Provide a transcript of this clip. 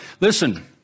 Listen